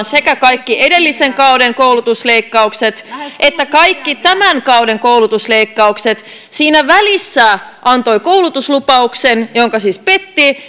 sekä kaikki edellisen kauden koulutusleikkaukset että kaikki tämän kauden koulutusleikkaukset siinä välissä se antoi koulutuslupauksen jonka siis petti